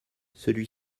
celui